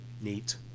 Neat